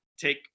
take